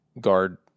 guard